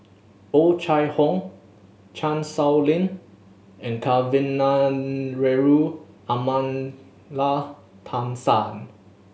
Oh Chai Hoo Chan Sow Lin and Kavignareru Amallathasan